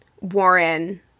Warren